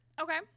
Okay